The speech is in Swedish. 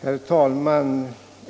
Herr talman!